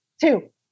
Two